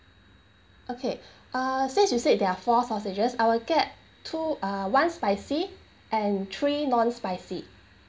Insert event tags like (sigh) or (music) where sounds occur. okay (breath) uh since you said there are four sausages I will get two uh one spicy and three non spicy